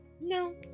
no